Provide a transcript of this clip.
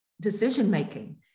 decision-making